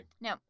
No